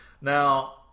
Now